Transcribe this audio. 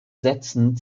sätzen